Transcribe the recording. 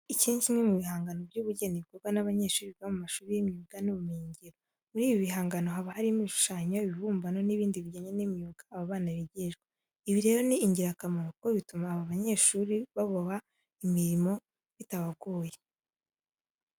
Iki ni kimwe mu bihangano by'ubugeni bikorwa n'abanyeshuri biga mu mashuri y'imyuga n'ibumenyingiro. Muri ibyo bihangano haba harimo ibishushanyo, ibibumbano n'ibindi bijyanye n'imyuga aba bana bigishwa. Ibi rero ni ingirakamaro kuko bituma aba banyeshuri baboba imirimo bitabagoye.